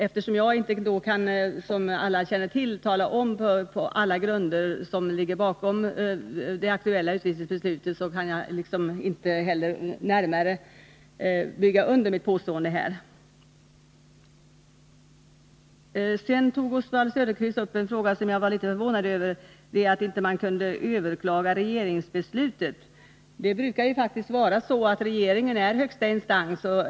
Eftersom jag, som alla känner till, inte kan tala om alla grunder som ligger bakom det aktuella utvisningsbeslutet, kan jag inte heller här närmare bygga under mitt påstående. Sedan tog Oswald Söderqvist upp en fråga som jag var litet förvånad över och som gällde att man inte kunde överklaga regeringsbeslutet. Det brukar ju faktiskt vara så att regeringen är högsta instans.